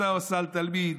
אותו סל תלמיד,